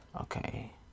Okay